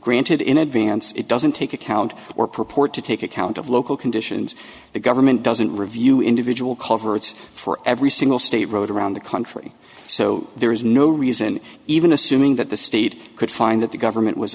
granted in advance it doesn't take account or purport to take account of local conditions the government doesn't review individual culverts for every single state road around the country so there is no reason even assuming that the state could find that the government was